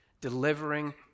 delivering